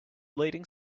leading